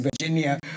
Virginia